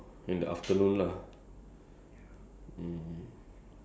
no I mean like what time are you ending work if you're working today